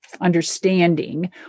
understanding